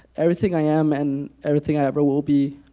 everything i am and everything i ever will be,